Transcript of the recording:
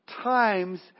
times